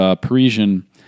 Parisian